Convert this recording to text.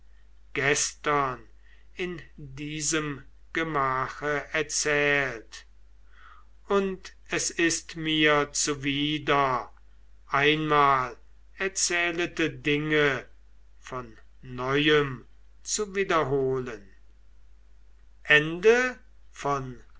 gestern in diesem gemache erzählt und es ist mir zuwider einmal erzählete dinge von neuem zu wiederholen